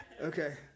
Okay